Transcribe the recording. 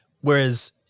Whereas